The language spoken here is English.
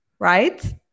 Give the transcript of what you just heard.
right